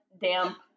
damp